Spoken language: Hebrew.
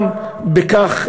גם בכך,